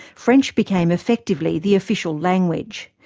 french became effectively the official language.